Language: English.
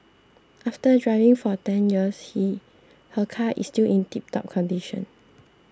after driving for ten years he her car is still in tiptop condition